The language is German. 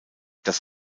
das